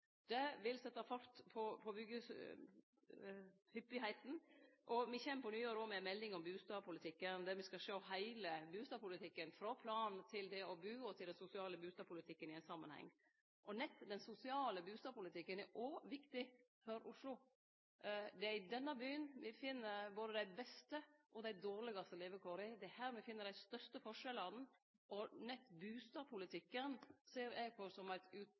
Det vil setje fart på byggjehyppigheita. På nyåret kjem me òg med ei melding om bustadpolitikken, der me skal sjå heile bustadpolitikken – frå plan til det å bu og til den sosiale bustadpolitikken – i ein samanheng. Og nett den sosiale bustadpolitikken er òg viktig for Oslo. Det er i denne byen vi finn både dei beste og dei dårlegaste levekåra. Det er her me finn dei største forskjellane. Så nett bustadpolitikken ser eg på som eit